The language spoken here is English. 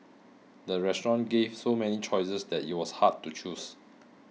the restaurant gave so many choices that it was hard to choose